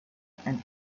ein